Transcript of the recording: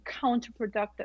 counterproductive